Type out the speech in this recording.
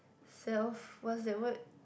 self what's that word